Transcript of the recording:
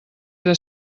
era